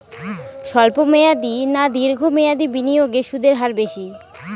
স্বল্প মেয়াদী না দীর্ঘ মেয়াদী বিনিয়োগে সুদের হার বেশী?